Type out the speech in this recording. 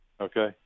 Okay